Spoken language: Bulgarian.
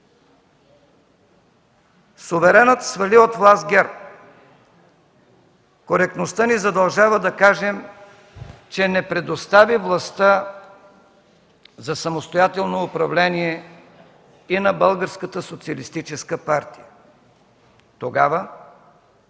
Суверенът свали от власт ГЕРБ. Коректността ни задължава да кажем, че не предостави властта за самостоятелно управление и на Българската социалистическа партия. Тогава